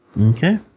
Okay